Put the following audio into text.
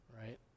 Right